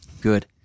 Good